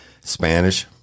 Spanish